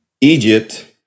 Egypt